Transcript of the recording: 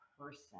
person